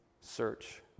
search